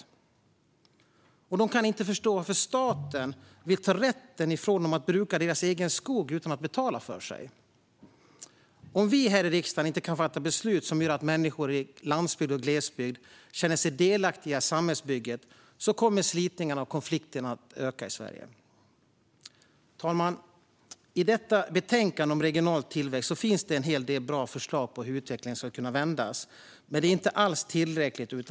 De kan heller inte förstå varför staten vill ta ifrån dem rätten att bruka deras egen skog utan att betala för sig. Om vi här i riksdagen inte kan fatta beslut som gör att människor i landsbygd och glesbygd känner sig delaktiga i samhällsbygget kommer slitningarna och konflikterna att öka i Sverige. Fru talman! I detta betänkande om regional tillväxt finns en hel del bra förslag på hur utvecklingen skulle kunna vändas, men det är inte alls tillräckligt.